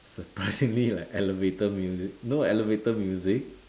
surprisingly like elevator music you know elevator music